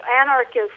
anarchist